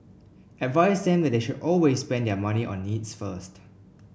advise them that they should always spend their money on needs first